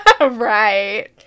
Right